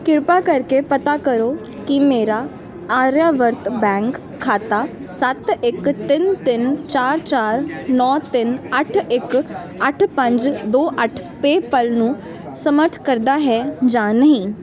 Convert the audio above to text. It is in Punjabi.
ਕਿਰਪਾ ਕਰਕੇ ਪਤਾ ਕਰੋ ਕਿ ਮੇਰਾ ਆਰਿਆਵਰਤ ਬੈਂਕ ਖਾਤਾ ਸੱਤ ਇੱਕ ਤਿੰਨ ਤਿੰਨ ਚਾਰ ਚਾਰ ਨੌਂ ਤਿੰਨ ਅੱਠ ਇੱਕ ਅੱਠ ਪੰਜ ਦੋ ਅੱਠ ਪੇ ਪਾਲ ਨੂੰ ਸਮਰਥ ਕਰਦਾ ਹੈ ਜਾਂ ਨਹੀਂ